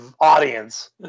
audience